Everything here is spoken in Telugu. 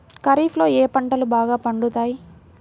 ఖరీఫ్లో ఏ పంటలు బాగా పండుతాయి?